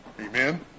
Amen